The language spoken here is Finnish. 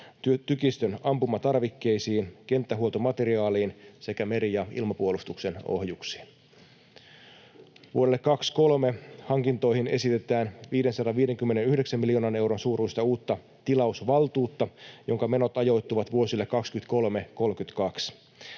tykistön ampumatarvikkeisiin, kenttähuoltomateriaaliin sekä meri‑ ja ilmapuolustuksen ohjuksiin. Vuodelle 23 hankintoihin esitetään 559 miljoonan euron suuruista uutta tilausvaltuutta, jonka menot ajoittuvat vuosille 23—32.